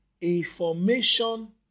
Information